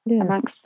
amongst